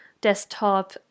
desktop